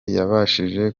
yabashije